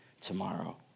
tomorrow